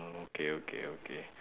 orh okay okay okay